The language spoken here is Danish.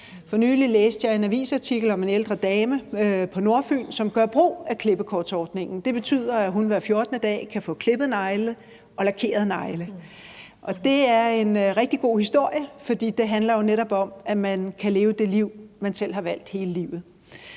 For nylig læste jeg en avisartikel om en ældre dame på Nordfyn, som gør brug af klippekortsordningen. Det betyder, at hun hver 14. dag kan få klippet og lakeret negle, og det er en rigtig god historie, for den handler jo netop om, at man kan leve det liv, man selv har valgt, hele livet.